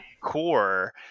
core